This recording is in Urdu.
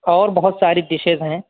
اور بہت ساری ڈشز ہیں